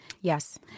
Yes